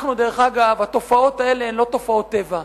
אגב, התופעות האלה הן לא תופעות טבע.